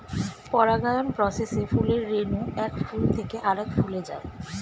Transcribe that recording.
পরাগায়ন প্রসেসে ফুলের রেণু এক ফুল থেকে আরেক ফুলে যায়